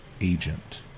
agent